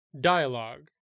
dialogue